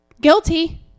guilty